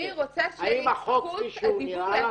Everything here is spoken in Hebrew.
האם החוק, כפי שהוא, נראה לך?